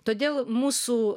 todėl mūsų